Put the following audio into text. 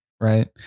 Right